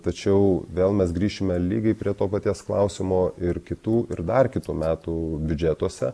tačiau vėl mes grįšime lygiai prie to paties klausimo ir kitų ir dar kitų metų biudžetuose